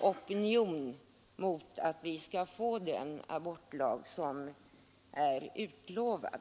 opinion för att vi skall få den abortlag som är utlovad.